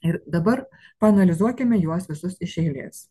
ir dabar paanalizuokime juos visus iš eilės